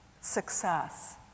success